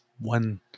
one